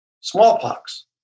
smallpox